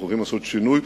אנחנו הולכים לעשות שינוי,